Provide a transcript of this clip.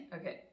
okay